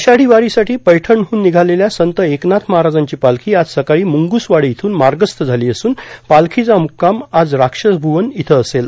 आषाढी वारीसाठी पैठणहून निघालेल्या संत एकनाथ महाराजांची पालखी आज सकाळी मुंगसवाडे इथून मार्गस्थ झाली असून पालखीचा मुक्काम आज राक्षसभुवन इथं असेल